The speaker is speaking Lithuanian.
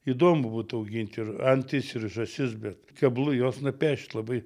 įdomu būtų augint ir antis ir žąsis bet keblu juos nupešt labai